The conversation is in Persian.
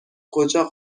کجا